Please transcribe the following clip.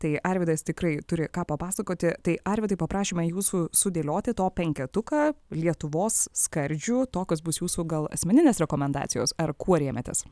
tai arvydas tikrai turi ką papasakoti tai arvydai paprašėme jūsų sudėlioti top penketuką lietuvos skardžių tokios bus jūsų gal asmeninės rekomendacijos ar kuo rėmėtės